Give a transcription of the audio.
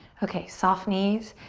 okay, soft knees.